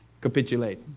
capitulate